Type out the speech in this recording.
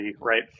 right